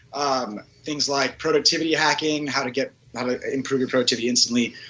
um things like productivity hacking, how to get, how to improve your productivity instantly.